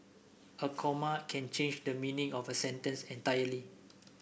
a comma can change the meaning of a sentence entirely